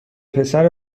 پسر